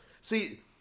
See